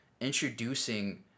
introducing